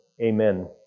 amen